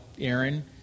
Aaron